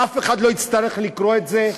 אף אחד לא יצטרך לקרוא את זה,